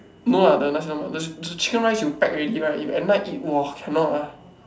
no lah the nasi-lemak the the chicken rice you pack already right you at night eat !wah! cannot ah